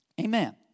Amen